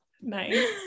Nice